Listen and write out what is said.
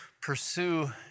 pursue